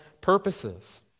purposes